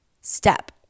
step